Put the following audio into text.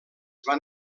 van